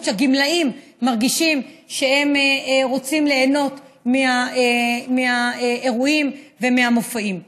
שהגמלאים מרגישים שהם רוצים ליהנות מהאירועים ומהמופעים בו.